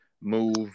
move